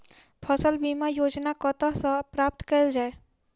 फसल बीमा योजना कतह सऽ प्राप्त कैल जाए?